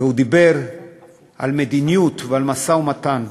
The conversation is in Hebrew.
והוא דיבר על מדיניות ועל משא-ומתן.